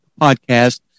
podcast